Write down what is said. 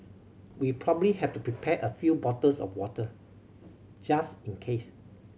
we probably have to prepare a few bottles of water just in case